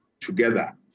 together